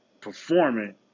performing